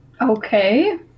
okay